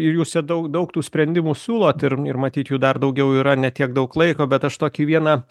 ir jūs čia daug daug tų sprendimų siūlot ir ir matyt jų dar daugiau yra ne tiek daug laiko bet aš tokį vieną